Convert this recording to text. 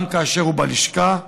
גם כאשר הוא בלשכה?